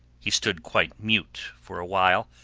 he stood quite mute for a while,